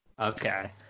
Okay